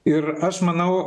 ir aš manau